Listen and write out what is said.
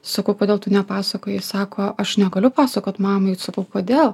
sakau kodėl tu nepasakojai sako aš negaliu pasakot mamai sakau kodėl